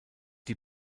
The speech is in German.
die